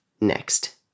Next